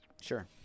Sure